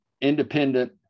independent